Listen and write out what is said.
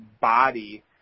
body